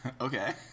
Okay